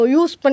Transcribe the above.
use